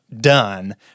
done